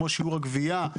כמו שיעור הגבייה,